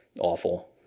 awful